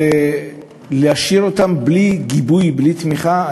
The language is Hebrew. ולהשאיר אותם בלי גיבוי ובלי תמיכה,